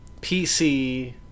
PC